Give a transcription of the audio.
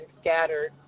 scattered—